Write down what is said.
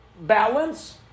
balance